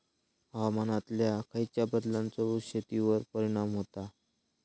हवामानातल्या खयच्या बदलांचो शेतीवर परिणाम होता?